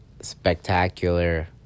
spectacular